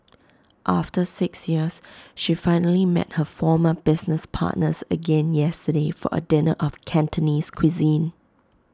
after six years she finally met her former business partners again yesterday for A dinner of Cantonese cuisine